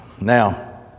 Now